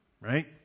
right